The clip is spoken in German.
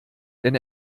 denn